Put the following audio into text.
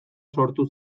sortu